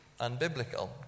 unbiblical